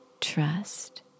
Trust